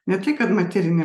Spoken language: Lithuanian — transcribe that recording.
ne tai kad materinė